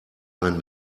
ein